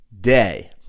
day